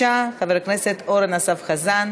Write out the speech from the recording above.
חברי כנסת בעד,